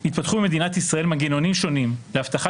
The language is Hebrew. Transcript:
התפתחו במדינת ישראל מנגנונים שונים להבטחת